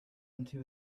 into